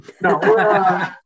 No